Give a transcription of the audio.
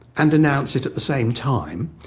and announce it at the same time,